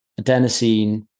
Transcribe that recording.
adenosine